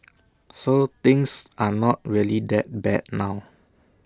so things are not really that bad now